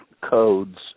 codes